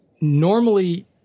normally